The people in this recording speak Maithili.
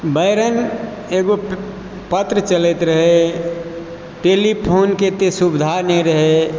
बैरंग एकगो पत्र चलैत रहै टेलीफोन के अत्ते सुविधा नहि रहै